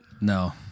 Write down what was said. No